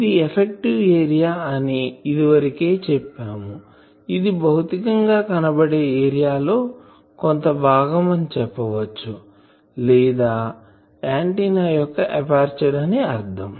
ఇది effective area అని ఇదివరకే చెప్పాముఇది భౌతికం గా కనపడే ఏరియా లో కొంత భాగం అని చెప్పవచ్చు లేదా అనగా ఆంటిన్నా యొక్క ఎపర్చరు అని అర్ధం